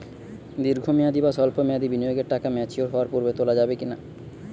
দীর্ঘ মেয়াদি বা সল্প মেয়াদি বিনিয়োগের টাকা ম্যাচিওর হওয়ার পূর্বে তোলা যাবে কি না?